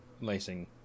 lacing